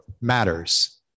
matters